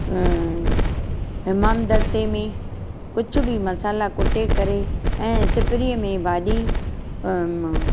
अ हमामदस्ते में कुझु बि मसाला कुटे करे ऐं सिपड़ी में भाॼी अ